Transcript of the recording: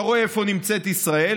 אתה רואה איפה נמצאת ישראל,